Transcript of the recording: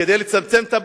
כדי לצמצם את הפערים,